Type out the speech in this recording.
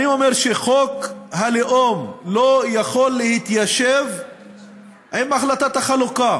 אני אומר שחוק הלאום לא יכול להתיישב עם החלטת החלוקה.